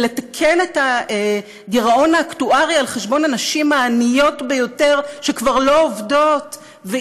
ולתקן את הגירעון האקטוארי על חשבון הנשים העניות ביותר שכבר לא עובדות,